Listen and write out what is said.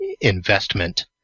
investment